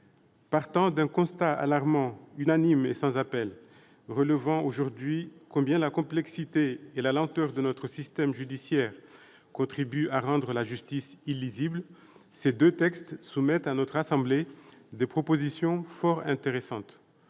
Partant d'un constat alarmant, unanime et sans appel relevant combien la complexité et la lenteur de notre système judiciaire contribuent à rendre la justice illisible, vous soumettez à notre assemblée dans ces deux textes des propositions fort intéressantes.